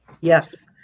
Yes